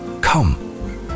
Come